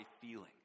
feeling